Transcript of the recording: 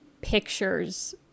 pictures